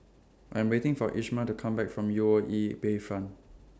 I'm waiting For Ismael to Come Back from U O E Bayfront